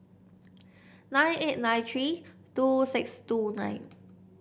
nine eight nine three two six two nine